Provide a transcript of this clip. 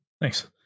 Thanks